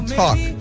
talk